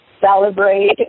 celebrate